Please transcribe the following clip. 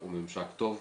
הוא ממשק טוב.